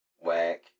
Whack